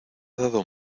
dado